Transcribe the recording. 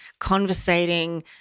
conversating